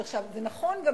זה נכון גם,